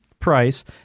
Price